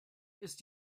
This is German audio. ist